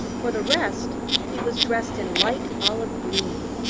for the rest he was dressed in light olive-green.